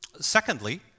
Secondly